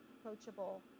approachable